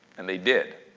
and they did.